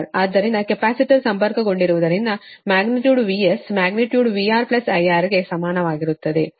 ಆದ್ದರಿಂದ ಕೆಪಾಸಿಟರ್ ಸಂಪರ್ಕಗೊಂಡಿರುವುದರಿಂದ magnitude VS magnitude VR IR ಗೆ ಸಮಾನವಾಗಿರುತ್ತದೆ